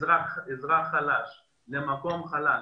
אזרח חלש למקום חלש,